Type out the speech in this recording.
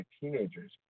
teenagers